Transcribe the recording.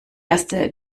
erste